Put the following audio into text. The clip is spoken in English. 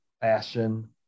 fashion